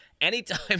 anytime